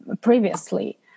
previously